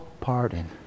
Pardon